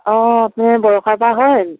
অ' তুমি বৰষা বা হয়